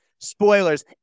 spoilers